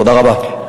תודה רבה.